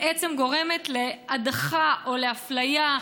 בעצם גורמת להדחה או לאפליה,